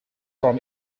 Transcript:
from